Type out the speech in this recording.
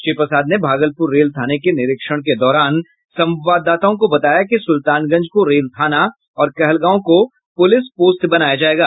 श्री प्रसाद ने भागलपुर रेल थाने के निरीक्षण के दौरान संवाददाताओं को बताया कि सुल्तानगंज को रेल थाना और कहलगांव को पुलिस पोस्ट बनाया जाएगा